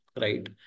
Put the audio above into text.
right